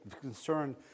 concern